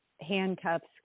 handcuffs